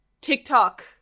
tiktok